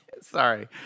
sorry